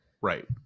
Right